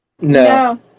no